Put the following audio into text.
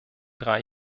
drei